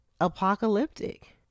apocalyptic